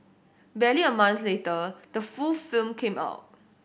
barely a month later the full film came out